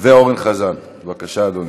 אורן חזן, בבקשה, אדוני.